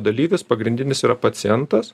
dalyvis pagrindinis yra pacientas